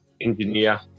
engineer